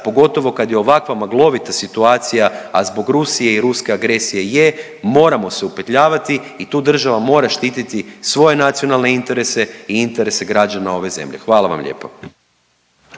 pogotovo kad je ovakva maglovita situacija, a zbog Rusije i ruske agresije je, moramo se upetljavati i tu država mora štiti svoje nacionalne interese i interese građana ove zemlje. Hvala vam lijepa.